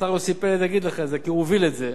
השר יוסי פלד יגיד לך את זה, כי הוא הוביל את זה,